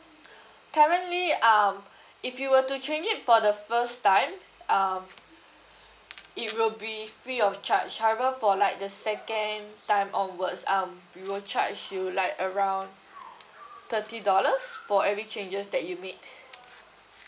currently um if you were to change it for the first time um it will be free of charge however for like the second time onwards um we will charge you like around thirty dollars for every changes that you made